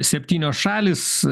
septynios šalys